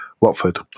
Watford